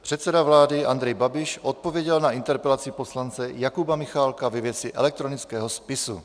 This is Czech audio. Předseda vlády Andrej Babiš odpověděl na interpelaci poslance Jakuba Michálka ve věci elektronického spisu.